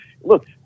Look